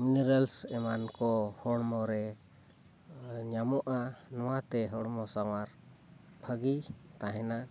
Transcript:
minerals ᱮᱢᱟᱱ ᱠᱚ ᱦᱚᱲᱢᱚ ᱨᱮ ᱧᱟᱢᱚᱜᱼᱟ ᱱᱚᱣᱟᱛᱮ ᱦᱚᱲᱢᱚ ᱥᱟᱶᱟᱨ ᱵᱷᱟᱹᱜᱤ ᱛᱟᱦᱮᱱᱟ